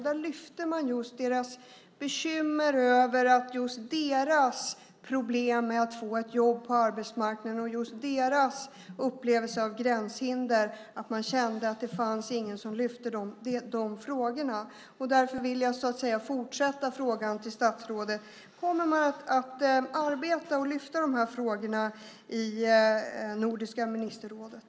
Där lyfte man fram just deras bekymmer och problem med att få ett jobb på arbetsmarknaden och just deras upplevelse av gränshinder. De kände att det inte fanns någon som lyfte fram de frågorna. Därför vill jag fortsätta med frågan till statsrådet: Kommer man att arbeta för och lyfta fram de här frågorna i Nordiska ministerrådet?